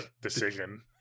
decision